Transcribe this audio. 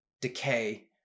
decay